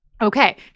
Okay